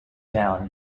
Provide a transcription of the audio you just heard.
down